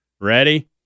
Ready